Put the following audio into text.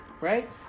right